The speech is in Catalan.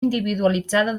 individualitzada